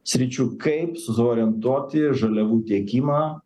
sričių kaip susiorientuoti žaliavų tiekimą